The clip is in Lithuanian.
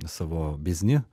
savo biznį